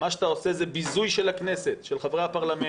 מה שאתה עושה זה ביזוי של הכנסת, של חברי הפרלמנט.